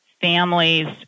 families